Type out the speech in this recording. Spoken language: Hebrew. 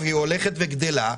והיא הולכת וגדלה,